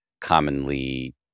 commonly